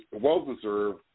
well-deserved